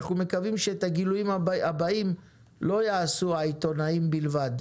אנחנו מקווים שאת הגילויים הבאים לא יעשו העיתונאים בלבד,